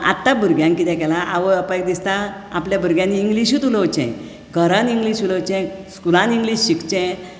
पूण आतां भुरग्यांक कितें केलां आवय बापायक दिसता आपल्या भुरग्यांनी इंग्लिशूच उलोवचें घरांत इंग्लीश उलोवचें स्कुलांत इंग्लीश शिकचें